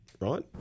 right